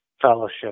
fellowship